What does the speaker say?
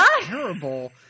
terrible